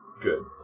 good